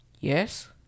Yes